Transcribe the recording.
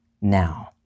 now